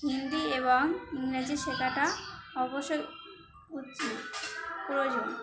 হিন্দি এবং ইংরেজি শেখাটা অবশ্যই উচিত প্রয়োজন